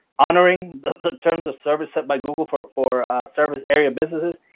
honoring the the terms of service set by google for for service area businesses,